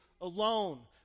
alone